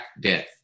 Death